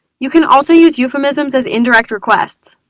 you can also use euphemisms as indirect requests.